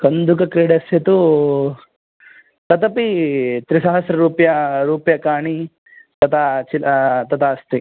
कन्दुकक्रीडा तु तदपि त्रिसहस्ररूप्यकं रूप्यकाणि तदा चेत् तदा अस्ति